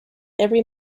every